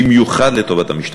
במיוחד לטובת המשתקמים.